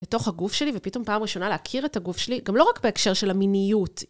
לתוך הגוף שלי ופתאום פעם ראשונה להכיר את הגוף שלי גם לא רק בהקשר של המיניות.